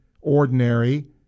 ordinary